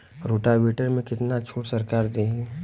Rotavator में कितना छूट सरकार देही?